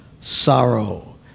sorrow